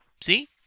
See